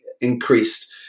increased